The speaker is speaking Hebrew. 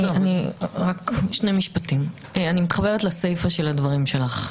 אני מתחברת לסיפא של דבריך.